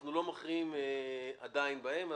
ואנחנו לא מכריעים עדיין בהם.